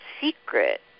secret